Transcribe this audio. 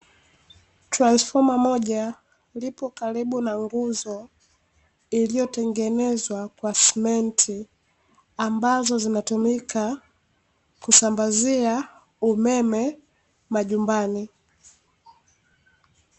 Transfoma moja lipo karibu na nguzo, iliyotengenezwa na simenti ambazo zinatumika kusambazia umeme majumbani.